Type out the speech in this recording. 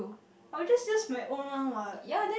I will just use my own one what